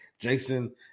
Jason